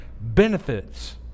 benefits